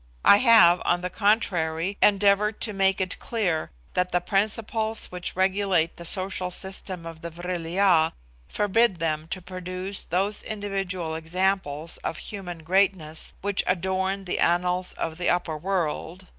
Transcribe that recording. i have, on the contrary, endeavoured to make it clear that the principles which regulate the social system of the vril-ya forbid them to produce those individual examples of human greatness which adorn the annals of the upper world.